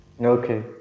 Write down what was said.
okay